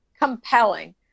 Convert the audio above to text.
compelling